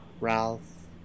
Ralph